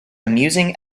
amusing